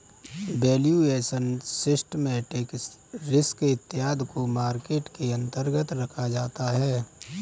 valuation, systematic risk इत्यादि को market के अंतर्गत रखा जाता है